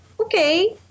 okay